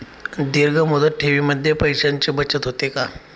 दीर्घ मुदत ठेवीमध्ये पैशांची बचत होते का?